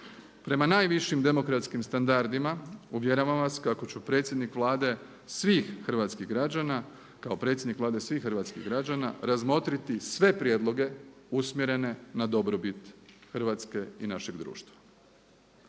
Prema najvišim demokratskim standardima uvjeravam vas kako ću predsjednik Vlade svih hrvatskih građana, kao predsjednik Vlade svih hrvatskih građana razmotriti sve prijedloge usmjerene na dobrobit Hrvatske i našeg društva.